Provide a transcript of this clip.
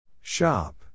Shop